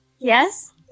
Yes